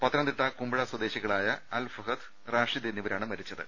പത്തനംതിട്ടുകുമ്പഴ സ്വദേശികളായ അൽഫഹദ് റാഷിദ് എന്നിവരാണ് മരിച്ചത്